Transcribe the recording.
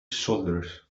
shoulders